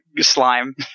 slime